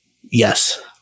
Yes